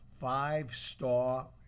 five-star